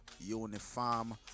uniform